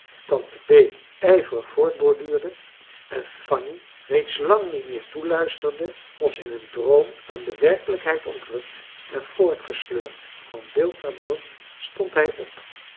tante bee ijverig voortborduurde en fanny reeds lang niet meer toeluisterde als in een droom aan de werkelijkheid ontrukt en voortgesleurd van beeld naar beeld stond hij op